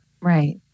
Right